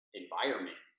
environment